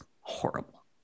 horrible